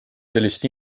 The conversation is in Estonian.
sellist